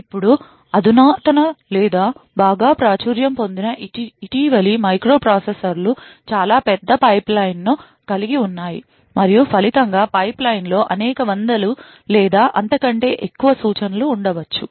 ఇప్పుడు అధునాతన లేదా బాగా ప్రాచుర్యం పొందిన ఇటీవలి మైక్రోప్రాసెసర్లు చాలా పెద్ద పైప్లైన్ను కలిగి ఉన్నాయి మరియు ఫలితంగా పైప్లైన్లో అనేక వందల లేదా అంతకంటే ఎక్కువ సూచనలు ఉండవచ్చు